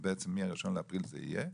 שבעצם מה- 1.4.2023 זה יהיה.